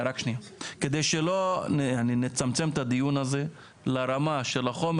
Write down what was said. אני מצמצם את הדיון הזה לרמה של החומר